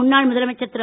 முன்னாள் முதலமைச்சர் திரு